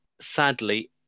sadly